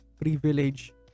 privilege